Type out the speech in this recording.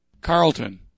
Carlton